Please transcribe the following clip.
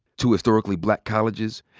two historically black colleges,